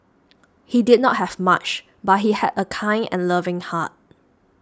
he did not have much but he had a kind and loving heart